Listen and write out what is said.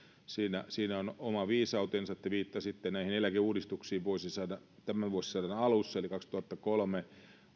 siinä on oma viisautensa te viittasitte näihin eläkeuudistuksiin tämän vuosisadan alussa eli kaksituhattakolme